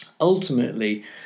ultimately